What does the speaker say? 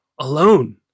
alone